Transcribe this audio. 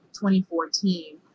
2014